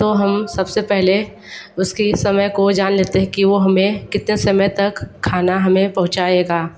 तो हम सबसे पहले उसके समय को जान लेते हैं कि वो हमें कितने समय तक खाना हमें पहुँचाएगा